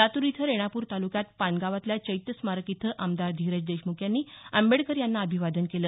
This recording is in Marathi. लातूर इथं रेणापूर तालुक्यात पानगावातल्या चैत्य स्मारक इथं आमदार धीरज देशमुख यांनी आंबेडकर यांना अभिवादन केलं